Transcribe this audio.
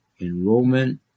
enrollment